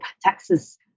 taxes